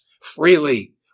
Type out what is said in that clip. freely